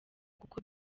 kuko